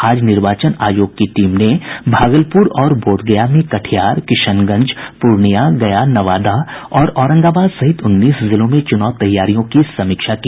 आज निर्वाचन आयोग की टीम ने भागलपुर और बोध गया में कटिहार किशनगंज पूर्णिया गया नवादा और औरंगाबाद सहित उन्नीस जिलों में चुनाव तैयारियों की समीक्षा की